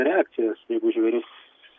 reakcijas jeigu žvėris